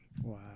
Wow